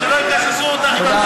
שלא יקזזו אותך,